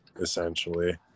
essentially